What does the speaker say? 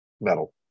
metal